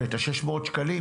ואת ה-600 שקלים,